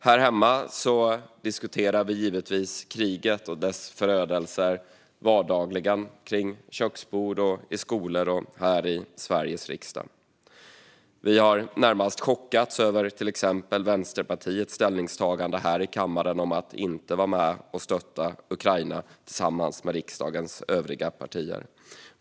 Här hemma diskuterar vi givetvis kriget och dess förödelser i vardagen kring köksbord och i skolor och här i Sveriges riksdag. Vi har närmast chockats över till exempel Vänsterpartiets ställningstagande här i kammaren - att inte vara med och stötta Ukraina tillsammans med riksdagens övriga partier.